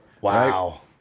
Wow